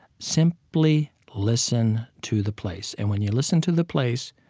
simply listen to the place. and when you listen to the place,